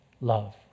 love